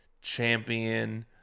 champion